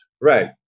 Right